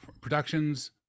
productions